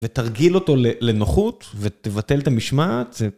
ותרגיל אותו לנוחות, ותבטל את המשמעת.